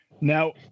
Now